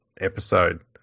episode